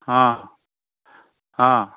ஆ ஆ